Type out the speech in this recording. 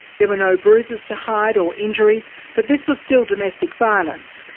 there were no bruises to hide or injuries, but this was still domestic violence,